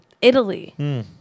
Italy